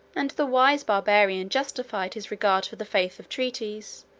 and the wise barbarian justified his regard for the faith of treaties,